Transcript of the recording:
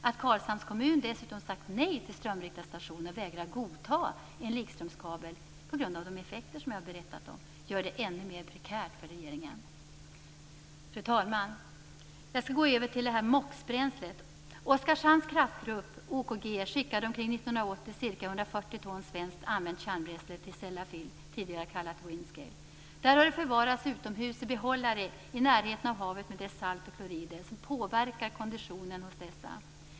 Att Karlshamns kommun dessutom sagt nej till en strömriktarstation och vägrar godta en likströmskabel på grund av de effekter som jag har berättat om gör det ännu mer prekärt för regeringen. Fru talman! Jag skall gå över till att tala om Där har det förvarats utomhus i behållare i närheten av havet med dess salt och klorider som påverkar konditionen hos behållarna.